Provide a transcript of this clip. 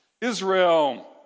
Israel